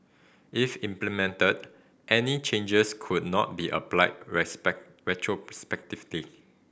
if implemented any changes could not be applied respect retrospectively